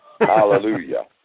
Hallelujah